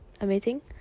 amazing